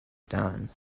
dawn